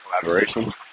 collaboration